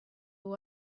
will